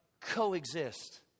coexist